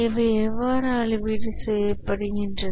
இவை எவ்வாறு அளவீடு செய்யப்படுகின்றன